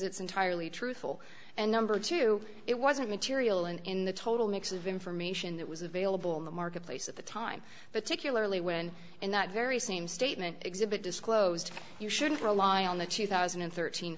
it's entirely truthful and number two it wasn't material and in the total mix of information that was available in the marketplace at the time but peculiarly when in that very same statement exhibit disclosed you shouldn't rely on the two thousand and thirteen